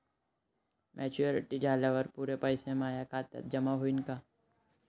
Maturity झाल्यावर पुरे पैसे माया खात्यावर जमा होईन का?